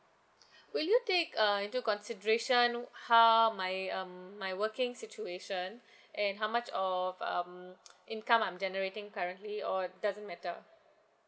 will you take uh into consideration how my um my working situation and how much of um income I am generating currently or it doesn't matter